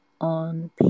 on